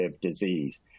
disease